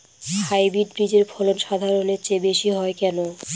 Hybrid বীজের ফলন সাধারণের চেয়ে বেশী হয় কেনো?